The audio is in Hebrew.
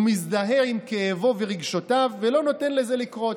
הוא מזדהה עם כאבו ורגשותיו ולא נותן לזה לקרות.